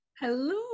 Hello